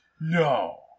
No